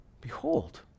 behold